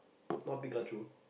not Pikachu